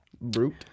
Brute